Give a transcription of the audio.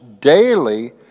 daily